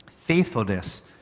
faithfulness